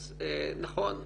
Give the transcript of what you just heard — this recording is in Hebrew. אז נכון,